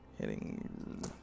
Hitting